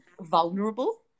vulnerable